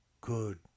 good